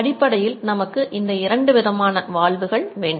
அடிப்படையில் நமக்கு இந்த இரண்டு விதமான வால்வுகள் வேண்டும்